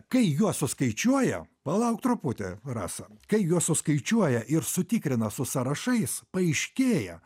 kai juos suskaičiuoja palauk truputį rasa kai juos suskaičiuoja ir sutikrina su sąrašais paaiškėja